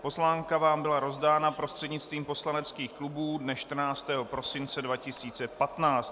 Pozvánka byla rozdána prostřednictvím poslaneckých klubů dne 14. prosince 2015.